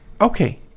Okay